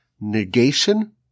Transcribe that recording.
negation